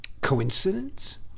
Coincidence